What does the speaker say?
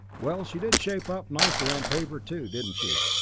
well, she did shape up nicely on paper, too, didn't she.